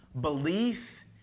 Belief